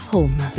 Home